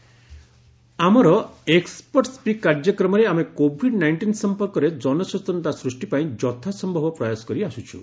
expert speak ଆମର expert speak କାର୍ଯ୍ୟକ୍ରମରେ ଆମେ କୋଭିଡ୍ ନାଇଷ୍ଟିନ୍ ସଂପର୍କରେ ଜନସଚେତନତା ସୃଷ୍ଟି ପାଇଁ ଯଥାସମ୍ଭବ ପ୍ରୟାସ କରିଆସୁଛୁ